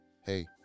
hey